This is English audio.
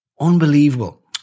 unbelievable